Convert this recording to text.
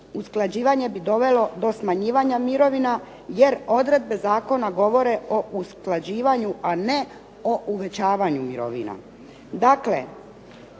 usklađivanje bi dovelo do smanjivanja mirovina jer odredbe zakona govore o usklađivanju, a ne o uvećavanju mirovina.